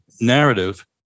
narrative